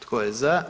Tko je za?